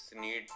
need